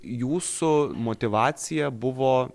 jūsų motyvacija buvo